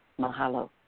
Mahalo